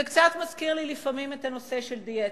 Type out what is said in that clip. זה קצת מזכיר לי לפעמים את הנושא של דיאטה.